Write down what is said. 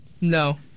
No